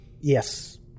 Yes